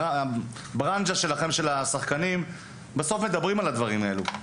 בברנז'ה של השחקנים בסוף מדברים על הדברים האלו,